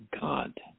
God